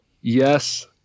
yes